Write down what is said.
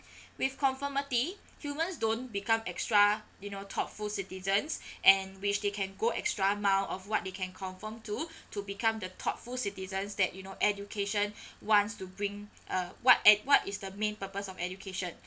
with conformity humans don't become extra you know thoughtful citizens and which they can go extra mile of what they can conform to to become the thoughtful citizens that you know education wants to bring uh what ed~ what is the main purpose of education